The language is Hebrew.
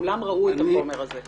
כולם ראו את החומר הזה.